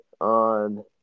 on